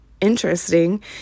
interesting